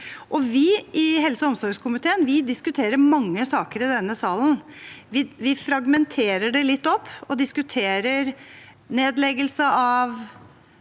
Vi i helse- og omsorgskomiteen diskuterer mange saker i denne salen. Vi fragmenterer det og diskuterer nedleggelse av